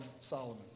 Solomon